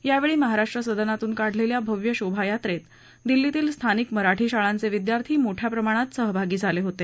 यावेळी महाराष्ट्र सदनातून काढलेल्या भव्य शोभा यात्रेत दिल्लीतील स्थानिक मराठी शाळांचे विद्यार्थी मोठया प्रमाणात सहभागी झाले होते